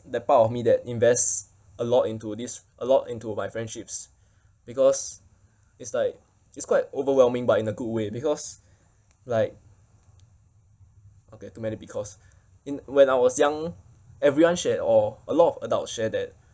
that part of me that invest a lot into this a lot into my friendships because it's like it's quite overwhelming but in a good way because like okay too many because in when I was young everyone shared or a lot of adult share that